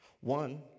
One